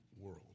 world